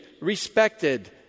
respected